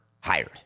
hired